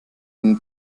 den